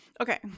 Okay